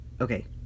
Okay